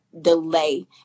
delay